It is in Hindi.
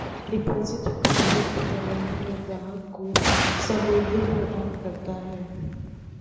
डिपॉजिट अकाउंट वित्तीय प्रबंधन में ग्राहक को सहूलियत प्रदान करता है